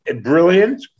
brilliant